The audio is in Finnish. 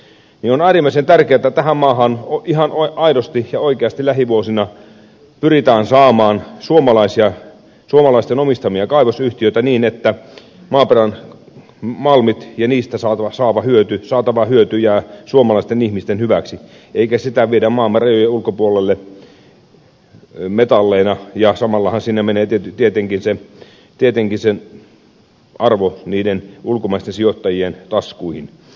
on äärimmäisen tärkeätä että tähän maahan ihan aidosti ja oikeasti lähivuosina pyritään saamaan suomalaisten omistamia kaivosyhtiöitä niin että maaperän malmit ja niistä saatava hyöty jäävät suomalaisten ihmisten hyväksi eikä malmeja viedä maamme rajojen ulkopuolelle metalleina ja samallahan menee tietenkin niiden arvo ulkomaisten sijoittajien taskuihin